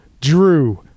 Drew